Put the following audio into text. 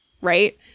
right